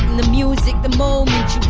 the music, the moment.